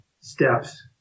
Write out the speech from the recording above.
steps